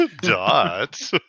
Dot